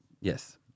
yes